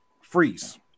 Freeze